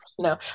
no